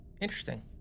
Interesting